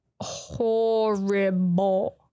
horrible